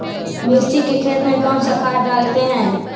मिर्ची के खेत में कौन सा खाद डालते हैं?